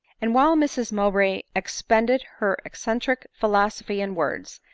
and while mrs mowbray expend ed her eccentric philosophy in words,